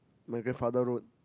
my grandfather road